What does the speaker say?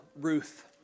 Ruth